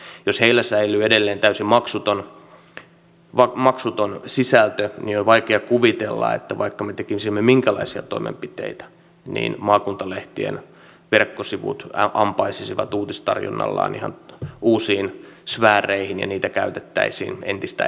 jos heillä säilyy edelleen täysin maksuton sisältö niin on vaikea kuvitella vaikka me tekisimme minkälaisia toimenpiteitä että maakuntalehtien verkkosivut ampaisisivat uutistarjonnallaan ihan uusiin sfääreihin ja niitä käytettäisiin entistä enemmän